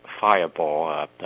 fireball